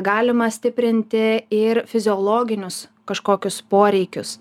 galima stiprinti ir fiziologinius kažkokius poreikius